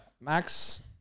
Max